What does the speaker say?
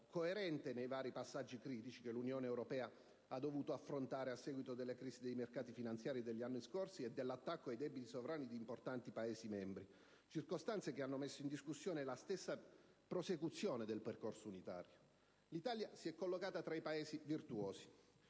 coerente nei vari passaggi critici che l'Unione europea ha dovuto affrontare a seguito della crisi dei mercati finanziari degli anni scorsi e dell'attacco ai debiti sovrani di importanti Paesi membri, circostanze che hanno messo in discussione la stessa prosecuzione del percorso unitario. L'Italia si è collocata tra i Paesi virtuosi,